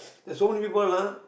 that so many people ah